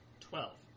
Twelve